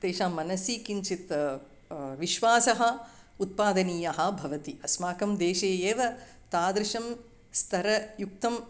तेषां मनसि किञ्चित् विश्वासः उत्पादनीयः भवति अस्माकं देशे एव तादृशं स्तरयुक्तम्